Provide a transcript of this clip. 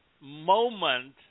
moment